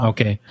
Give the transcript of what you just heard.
Okay